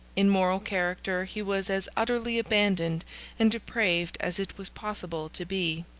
in moral character he was as utterly abandoned and depraved as it was possible to be.